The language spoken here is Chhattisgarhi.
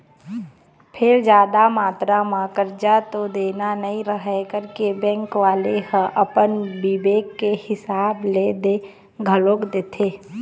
फेर जादा मातरा म करजा तो देना नइ रहय करके बेंक वाले ह अपन बिबेक के हिसाब ले दे घलोक देथे